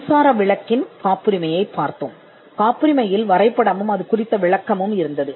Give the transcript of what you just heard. மின்சார விளக்கை நாங்கள் காப்புரிமையைப் பார்த்தோம் காப்புரிமையில் வரைதல் பற்றிய விளக்கம் இருந்தது